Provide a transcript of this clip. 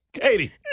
Katie